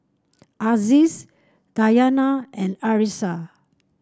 Aziz Dayana and Arissa